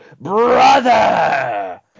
brother